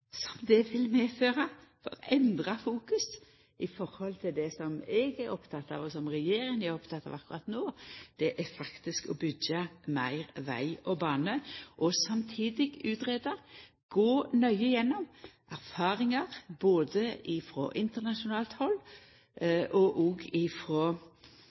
konsekvensane det vil ha å endra fokus i forhold til det som eg er oppteken av, og som regjeringa er oppteken av akkurat no, nemleg å byggja meir veg og bane og samtidig utgreia og gå nøye igjennom erfaringar både frå internasjonalt